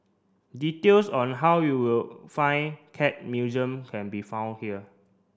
details on how you will find Cat Museum can be found here